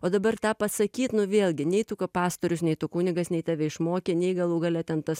o dabar tą pasakyt nu vėlgi nei tu ka pastorius nei tu kunigas nei tave išmokė nei galų gale ten tas